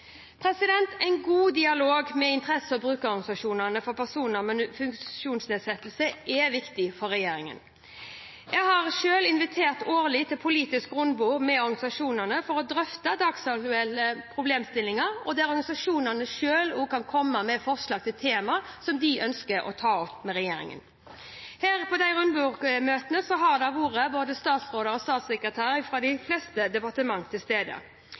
En god dialog med interesse- og brukerorganisasjonene for personer med funksjonsnedsettelse er viktig for regjeringen. Jeg inviterer selv årlig til et politisk rundebordsmøte med organisasjonene for å drøfte dagsaktuelle problemstillinger, der organisasjonene selv kan komme med forslag til temaer som de ønsker å ta opp med regjeringen. På disse rundebordsmøtene har både statsråder og statssekretærer fra de fleste departementer vært til